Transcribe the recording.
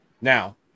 now